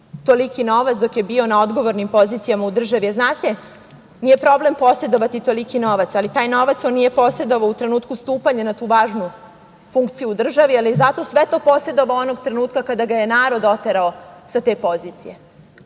toliki novac dok je bio na odgovornim pozicijama u državi, jer znate, nije problem posedovati toliki novac, ali taj novac on nije posedovao u trenutku stupanja na tu važnu funkciju u državi, ali je zato sve to posedovao onog trenutka kada ga je narod oterao sa te pozicije.